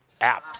apps